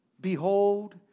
Behold